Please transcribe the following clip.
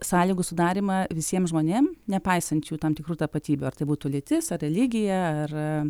sąlygų sudarymą visiems žmonėm nepaisant jų tam tikrų tapatybių ar tai būtų lytis ar religija ar